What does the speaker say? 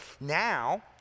now